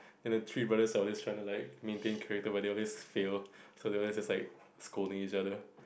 and the three brothers are always like trying to maintain character but they always fail so they always just like scolding each other